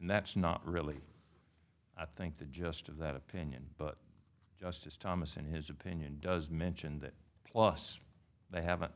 and that's not really i think the just of that opinion but justice thomas in his opinion does mention that plus they haven't